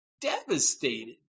devastated